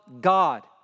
God